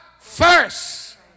first